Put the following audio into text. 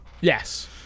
yes